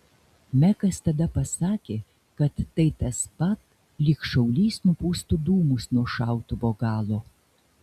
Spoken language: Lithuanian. mekas tada pasakė kad tai tas pat lyg šaulys nupūstų dūmus nuo šautuvo galo